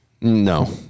No